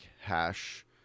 hash